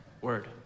word